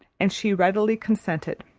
and she readily consented.